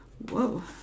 Whoa